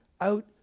out